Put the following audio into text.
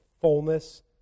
fullness